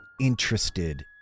interested